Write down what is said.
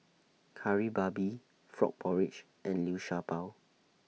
Kari Babi Frog Porridge and Liu Sha Bao